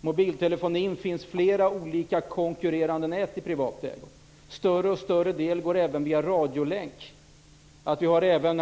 När det gäller mobiltelefonin finns flera olika konkurrerande nät i privat ägo. Större och större del går även via radiolänk. Det är